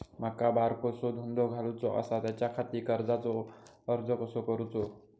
माका बारकोसो धंदो घालुचो आसा त्याच्याखाती कर्जाचो अर्ज कसो करूचो?